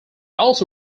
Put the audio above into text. also